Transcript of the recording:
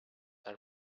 are